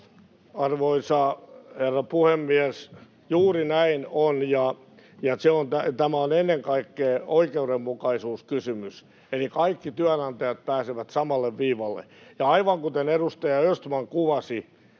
Arvoisa herra puhemies! Juuri näin on, ja tämä on ennen kaikkea oikeudenmukaisuuskysymys, eli kaikki työnantajat pääsevät samalle viivalle. Aivan kuten edustaja Östman kuvasi,